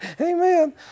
Amen